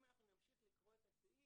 אם נניח הוא הולך לקופת חולים או לבית חולים